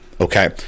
okay